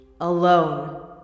alone